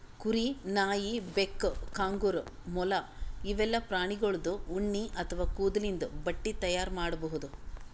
ಕುರಿ, ನಾಯಿ, ಬೆಕ್ಕ, ಕಾಂಗರೂ, ಮೊಲ ಇವೆಲ್ಲಾ ಪ್ರಾಣಿಗೋಳ್ದು ಉಣ್ಣಿ ಅಥವಾ ಕೂದಲಿಂದ್ ಬಟ್ಟಿ ತೈಯಾರ್ ಮಾಡ್ಬಹುದ್